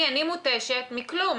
מכלום,